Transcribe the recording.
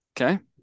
okay